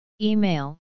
Email